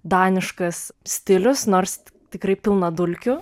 daniškas stilius nors tikrai pilna dulkių